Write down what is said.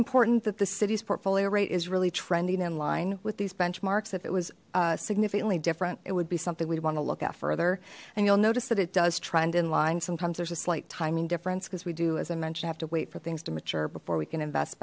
important that the city's portfolio rate is really trending in line with these benchmarks if it was significantly different it would be something we'd want to look at further and you'll notice that it does trend in line sometimes there's a slight timing difference because we do as i mention have to wait for things to mature before we can invest